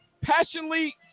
passionately